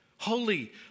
Holy